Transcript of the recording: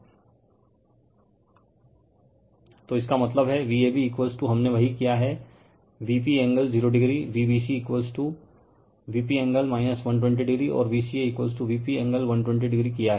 refer slide time 2355 तो इसका मतलब है Vab हमने वही किया है Vp एंगल 0o VbcVp0o और Vca Vp0o किया है